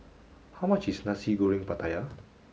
how much is nasi goreng pattaya